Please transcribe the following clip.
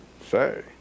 say